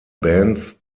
bands